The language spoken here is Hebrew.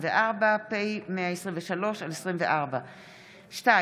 פ/127/24 ו-פ/123/24,